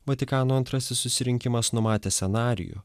vatikano antrasis susirinkimas numatė scenarijų